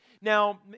Now